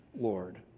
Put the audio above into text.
Lord